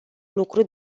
lucru